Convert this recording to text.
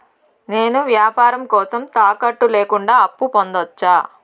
నేను వ్యాపారం కోసం తాకట్టు లేకుండా అప్పు పొందొచ్చా?